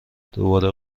دوباره